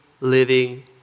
living